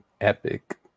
epic